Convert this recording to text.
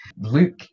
luke